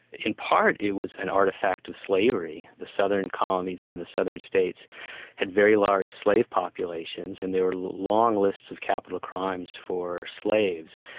in part it was an artefact of slavery. the southern colonies and the southern states had very large slave populations, and there were long lists of capital crimes for slaves.